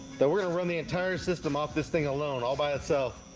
then we're gonna run the entire system off this thing alone all by itself